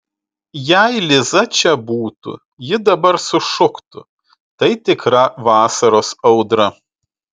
jei liza čia būtų ji dabar sušuktų tai tikra vasaros audra